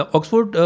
Oxford